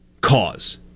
cause